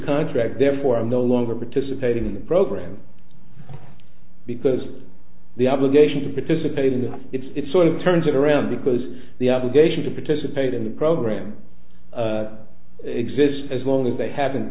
contract therefore i'm no longer participating in the program because the obligation to participate in that it sort of turns around because the obligation to participate in the program exists as long as they haven't